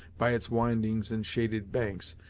by its windings and shaded banks,